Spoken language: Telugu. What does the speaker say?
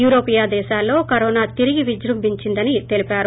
యూరోపియా దేశాల్లో కరోనా తిరిగి విజృంభించిందని తెలిపారు